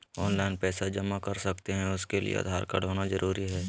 Online पैसा जमा कर सकते हैं उसके लिए आधार कार्ड होना जरूरी है?